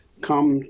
come